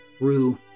rue